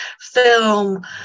film